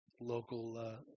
local